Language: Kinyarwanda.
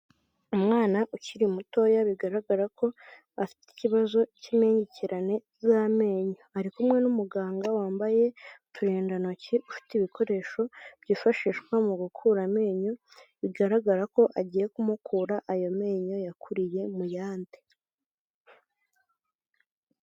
Umwana ukiri mutoya bigaragara ko afite ikibazo cy'impengekerane z'amenyo ari kumwe n'umuganga wambaye uturindantoki ufite ibikoresho byifashishwa mu gukura amenyo, bigaragara ko agiye kumukura ayo menyo yakuriye mu yandi.